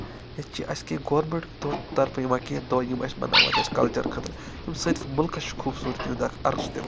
ییٚتہِ چھِ اَسہِ کیٚنٛہہ گورمٮ۪نٛٹ دۄہ طرفہٕ یِوان کیٚنٛہہ دۄہ یِم اَسہِ مَناوان چھِ اَسہِ کَلچَر خٲطرٕ یِم سٲنِس مُلکَس چھِ خوٗبصوٗرتی ہُنٛد اَکھ درس دِوان